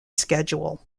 schedule